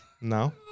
No